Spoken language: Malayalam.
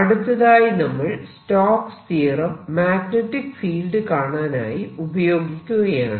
അടുത്തതായി നമ്മൾ സ്റ്റോക്സ് തിയറം മാഗ്നെറ്റിക് ഫീൽഡ് കാണാനായി ഉപയോഗിക്കുകയാണ്